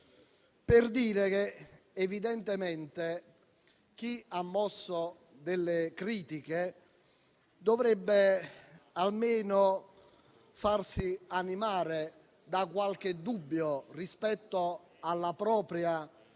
per dire che evidentemente chi ha mosso delle critiche dovrebbe almeno farsi animare da qualche dubbio rispetto alla propria